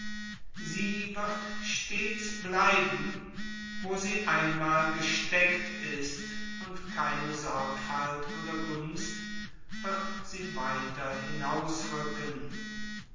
sie wird stets bleiben wo sie gesteckt ist und keine sorgfalt oder gunst wird sie weiter